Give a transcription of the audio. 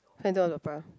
handle the